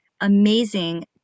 amazing